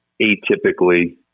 atypically